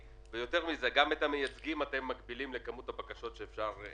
כי הם לא רואים תקומה בחודשים הקרובים לענף